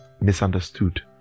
misunderstood